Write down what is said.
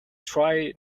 try